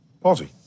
Palsy